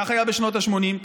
כך היה בשנות השמונים,